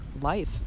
life